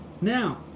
Now